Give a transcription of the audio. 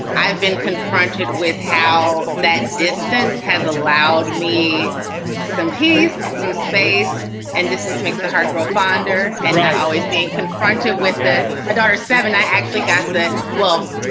i've been confronted with how that distance has allowed me some peace. so space and distance makes the heart grow fonder. and that always being confronted with ah my daughter seven. i actually got that. well,